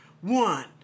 one